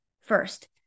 First